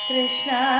Krishna